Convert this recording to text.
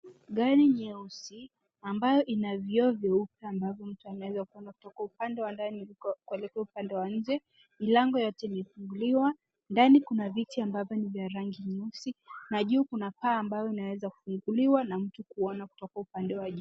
Gari nyeusi ambayo ina vioo vyeupe ambavyo mtu anaweza kuona upande wa ndani kuelekea upande wa nje. Milango yote imefunguliwa. Ndani kuna kuna viti ambavyo ni vya rangi nyeusi na juu kuna paa ambayo inaweza kuinuliwa na kuona kutoka upande wa juu.